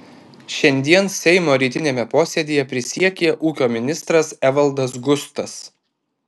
šiandien seimo rytiniame posėdyje prisiekė ūkio ministras evaldas gustas